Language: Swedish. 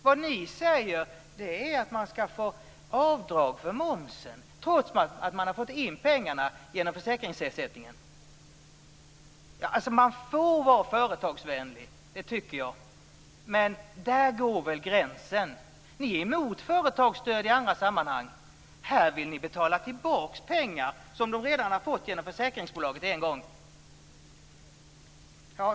Vad ni moderater säger är att man skall få göra avdrag för momsen trots att pengar har kommit in genom försäkringsersättningen. Man får vara företagsvänlig; det tycker jag. Men här går väl gränsen. I andra sammanhang är ni mot företagsstöd. Här vill ni alltså att pengar skall betalas tillbaka som redan betalats ut genom försäkringsbolaget.